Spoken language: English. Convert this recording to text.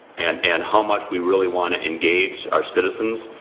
and and how much we really wanna engage our citizens.